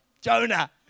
Jonah